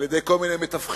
על-ידי כל מיני מתווכים,